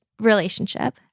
relationship